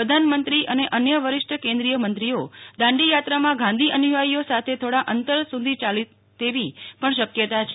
પ્રધાનમંત્રી અને અન્ય વરિષ્ઠ કેન્દ્રીય મંત્રીઓ દાંડી યાત્રામાં ગાંધી અનુયાયીઓ સાથે થોડા અંતર સુધી યાલે તેવી પણ શક્યતા છે